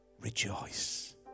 rejoice